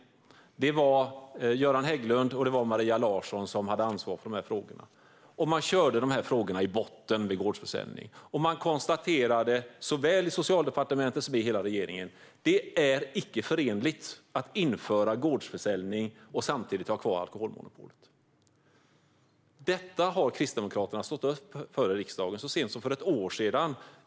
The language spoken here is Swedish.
Det var Göran Hägglund och Maria Larsson som hade ansvar för de här frågorna. Man körde frågan om gårdsförsäljning i botten. Man konstaterade, såväl i Socialdepartementet som i hela regeringen, att det inte är förenligt att införa gårdsförsäljning och samtidigt ha kvar alkoholmonopolet. Detta stod Kristdemokraterna upp för i riksdagen så sent som för ett år sedan.